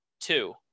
two